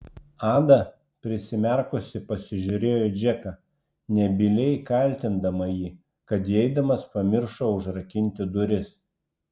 ada prisimerkusi pasižiūrėjo į džeką nebyliai kaltindama jį kad įeidamas pamiršo užrakinti duris